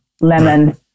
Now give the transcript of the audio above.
lemon